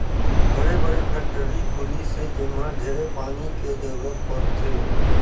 बड़े बड़े फेकटरी खुली से जेम्हा ढेरे पानी के जरूरत परथे